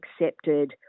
accepted